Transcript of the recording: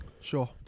Sure